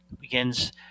begins